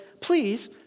Please